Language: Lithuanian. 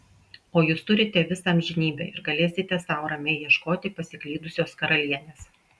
o jūs turite visą amžinybę ir galėsite sau ramiai ieškoti pasiklydusios karalienės